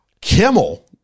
Kimmel